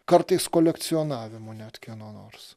kartais kolekcionavimo net kieno nors